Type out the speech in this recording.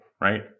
right